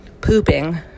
pooping